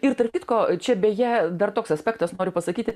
ir tarp kitko čia beje dar toks aspektas noriu pasakyti